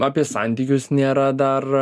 apie santykius nėra dar